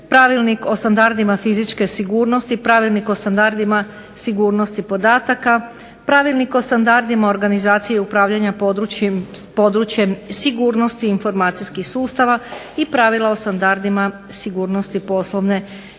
Pravilnik o standardima fizičke sigurnosti, Pravilnik o standardima sigurnosti podataka, Pravilnik o standardima organizacije i upravljanja područjem sigurnosti informacijskih sustava i Pravilna o standardima sigurnosti poslovne suradnje.